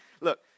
Look